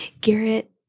Garrett